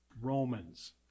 Romans